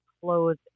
close